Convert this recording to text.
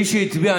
מי שהצביע,